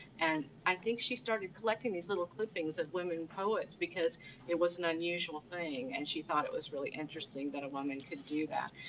and i think she started collecting these little clippings of women poets, because it was an unusual thing, and she thought it was really interesting that a woman could do that.